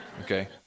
okay